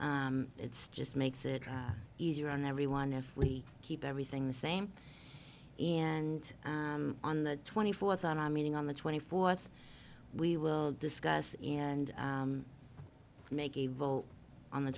it's just makes it easier on everyone if we keep everything the same and on the twenty fourth on our meeting on the twenty fourth we will discuss and make a vote on the